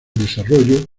desarrollo